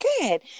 Good